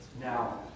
Now